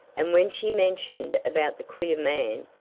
and when she mentioned about the queer man,